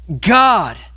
God